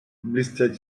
bleated